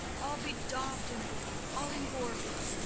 all bedaub'd in blood, all in gore-blood.